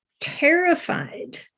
terrified